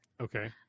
Okay